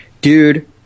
Dude